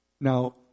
Now